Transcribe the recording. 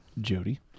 Jody